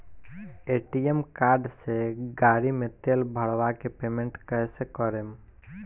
ATM card से गाड़ी मे तेल भरवा के पेमेंट कैसे करेम?